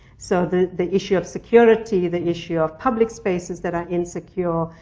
so the the issue of security, the issue of public spaces that are insecure,